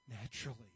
naturally